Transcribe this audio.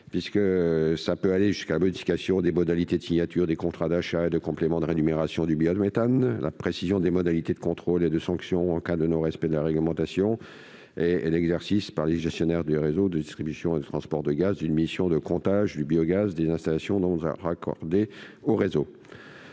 Cet amendement tend ainsi à modifier les modalités de signature des contrats d'achat et de compléments de rémunération de biométhane ; à préciser les modalités de contrôle et de sanction en cas de non-respect de la réglementation et à prévoir l'exercice, par les gestionnaires des réseaux de distribution et de transport de gaz, d'une mission de comptage du biogaz des installations non raccordées au réseau.